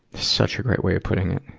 such a great way of putting it.